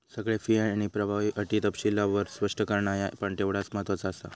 सगळे फी आणि प्रभावी अटी तपशीलवार स्पष्ट करणा ह्या पण तेवढाच महत्त्वाचा आसा